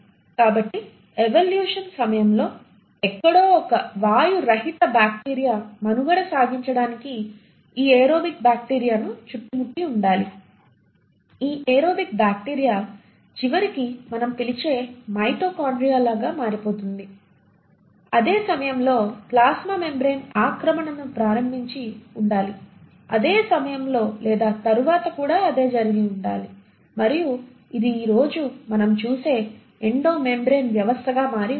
కాబట్టి ఎవల్యూషన్ సమయంలో ఎక్కడో ఒక వాయురహిత బ్యాక్టీరియా మనుగడ సాగించడానికి ఈ ఏరోబిక్ బ్యాక్టీరియాను చుట్టుముట్టి ఉండాలి ఈ ఏరోబిక్ బ్యాక్టీరియా చివరికి మనం పిలిచే మైటోకాండ్రియాగా మారిపోయింది అదే సమయంలో ప్లాస్మా మెంబ్రేన్ ఆక్రమణను ప్రారంభించి ఉండాలి అదే సమయంలో లేదా తరువాత కూడా అదే జరిగి ఉండాలి మరియు ఇది ఈ రోజు మనం చూసే ఎండో మెమ్బ్రేన్ వ్యవస్థగా మారి ఉండాలి